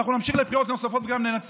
אנחנו נמשיך לבחירות, נוספות וגם ננצח.